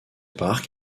parc